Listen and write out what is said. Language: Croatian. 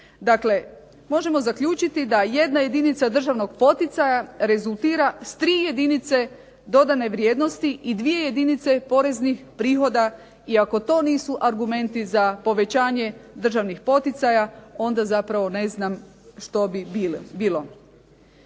Dakle, možemo zaključiti da jedna jedinica državnog poticaja rezultira s 3 jedinice dodane vrijednosti i 2 jedinice poreznih prihoda i ako to nisu argumenti za povećanje državnih poticaja onda zapravo ne znam što bi bilo.